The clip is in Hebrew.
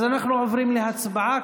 אז אנחנו עוברים להצבעה,